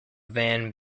van